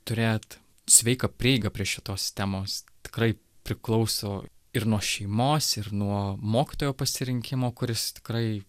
turėt sveiką prieigą prie šitos temos tikrai priklauso ir nuo šeimos ir nuo mokytojo pasirinkimo kuris tikrai